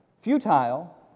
futile